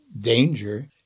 danger